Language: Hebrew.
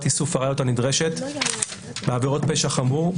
איסוף הראיות הנדרשת בעבירות פשע חמור,